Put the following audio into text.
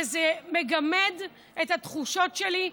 זה מגמד את התחושות שלי.